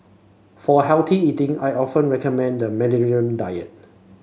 for healthy eating I often recommend the Mediterranean diet